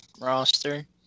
roster